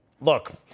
Look